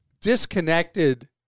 disconnected